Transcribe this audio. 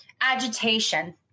Agitation